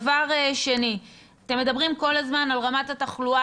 דבר שני, אתם מדברים כל הזמן על רמת התחלואה.